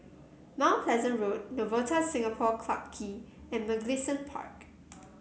Mount Pleasant Road Novotel Singapore Clarke Quay and Mugliston Park